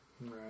Right